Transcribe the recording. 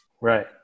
Right